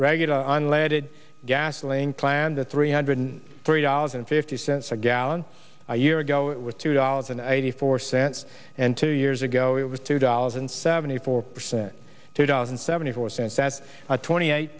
regular unleaded gasoline plan the three hundred three dollars and fifty cents a gallon a year ago it was two dollars and eighty four cents and two years ago it was two dollars and seventy four percent two dollars and seventy four cents at twenty eight